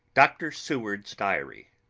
dr. seward's diary